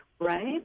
right